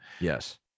yes